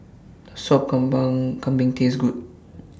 Does Sop Kambing Taste Good